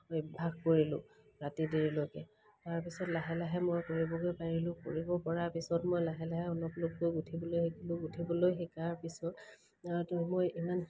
অভ্যাস কৰিলোঁ ৰাতি দেৰিলৈকে তাৰপিছত লাহে লাহে মই কৰিবগে পাৰিলোঁ কৰিব পৰাৰ পিছত মই লাহে লাহে অলপ লগপকৈ গুঁঠিবলৈ শিকিলোঁ গুঁঠিবলৈ শিকাৰ পিছত মই ইমান